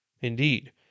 Indeed